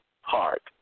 heart